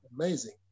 amazing